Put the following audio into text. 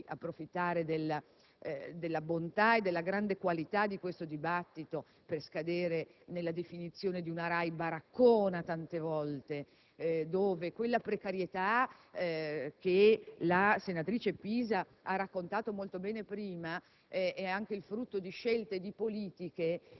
Non intendo approfittare della bontà e della grande qualità di questo dibattito per scadere nella definizione di una RAI "baraccona", dove quella precarietà, che la senatrice Pisa ha raccontato molto bene prima, è anche il frutto di scelte